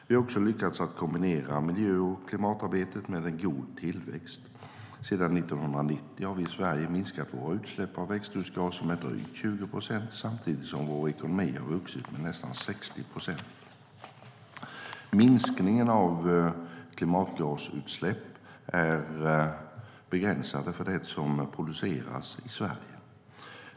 Vi har också lyckats att kombinera miljö och klimatarbetet med en god tillväxt. Sedan 1990 har vi i Sverige minskat våra utsläpp av växthusgaser med drygt 20 procent, samtidigt som vår ekonomi har vuxit med nästan 60 procent. Minskningen av klimatgasutsläpp är beräknad på det som produceras i Sverige.